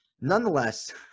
Nonetheless